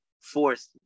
Fourth